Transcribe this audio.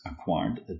acquired